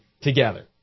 together